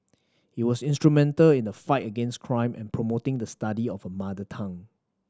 he was instrumental in the fight against crime and promoting the study of a mother tongue